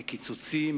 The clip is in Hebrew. מקיצוצים,